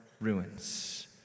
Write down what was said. ruins